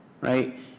right